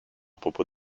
propos